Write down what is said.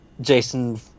Jason